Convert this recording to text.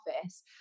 office